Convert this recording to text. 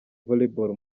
volleyball